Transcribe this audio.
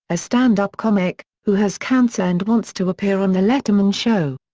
a stand up comic, who has cancer and wants to appear on the letterman show.